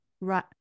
Right